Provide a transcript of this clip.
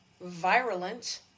virulent